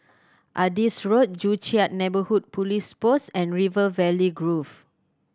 Adis Road Joo Chiat Neighbourhood Police Post and River Valley Grove